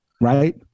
Right